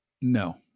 No